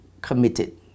committed